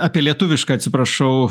apie lietuvišką atsiprašau